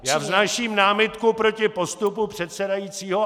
Já vznáším námitku proti postupu předsedajícího.